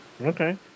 Okay